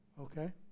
okay